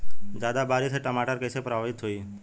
ज्यादा बारिस से टमाटर कइसे प्रभावित होयी?